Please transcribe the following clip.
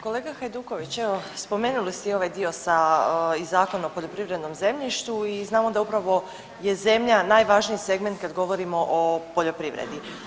Kolega Hajduković, evo spomenuli ste i ovaj dio sa i Zakon o poljoprivrednom zemljištu i znamo da upravo je zemlja najvažniji segment kad govorimo o poljoprivredi.